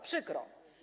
Przykro.